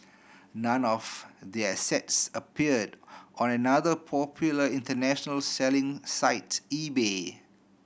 none of their sets appeared on another popular international selling site eBay